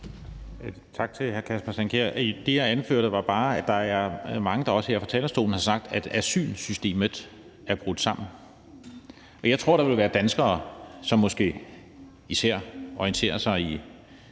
Tak til hr. Kasper Sand Kjær. Det, jeg anførte, var bare, at der også er mange, der her fra talerstolen har sagt, at asylsystemet er brudt sammen. Og jeg tror, der vil være danskere, som måske især orienterer sig i